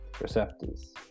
receptors